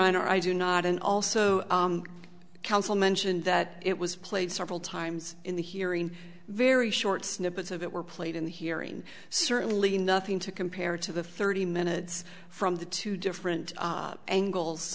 honor i do not and also counsel mention that it was played several times in the hearing very short snippets of it were played in the hearing certainly nothing to compare to the thirty minutes from the two different angles